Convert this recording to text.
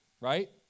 Right